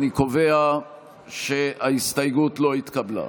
אני קובע שההסתייגות לא התקבלה.